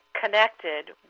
connected